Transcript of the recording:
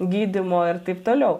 gydymo ir taip toliau